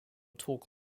talk